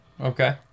Okay